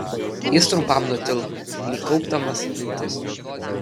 jis trumpam nutilo lyg kaupdamas mintis